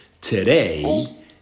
Today